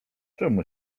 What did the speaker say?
czemu